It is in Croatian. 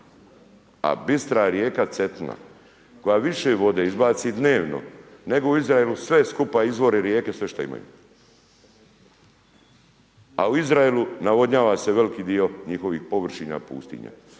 A bistra je rijeka Cetina koja više vode izbaci dnevno nego u Izraelu sve skupa izvori rijeke, sve što imaju. A u Izraelu navodnjava se veliki dio njihovih površina i pustinja